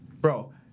bro